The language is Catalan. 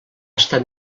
estat